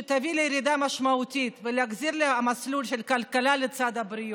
שתביא לירידה משמעותית ותחזיר למסלול של כלכלה לצד הבריאות.